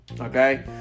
Okay